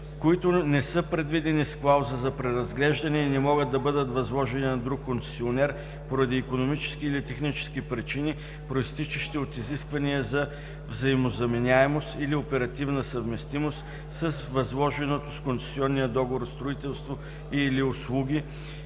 които не са предвидени с клауза за преразглеждане и не могат да бъдат възложени на друг концесионер поради икономически или технически причини, произтичащи от изисквания за взаимозаменяемост или оперативна съвместимост с възложеното с концесионния договор строителство и/или услуги,